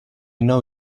know